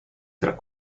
tra